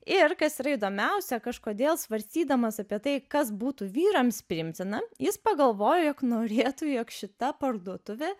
ir kas yra įdomiausia kažkodėl svarstydamas apie tai kas būtų vyrams priimtina jis pagalvojo jog norėtų jog šita parduotuvė